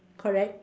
correct